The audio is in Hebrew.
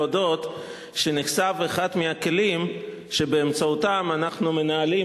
להודות שנחשף אחד הכלים שבאמצעותם אנחנו מנהלים,